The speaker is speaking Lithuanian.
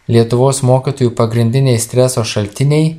lietuvos mokytojų pagrindiniai streso šaltiniai